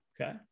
Okay